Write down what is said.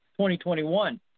2021